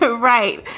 but right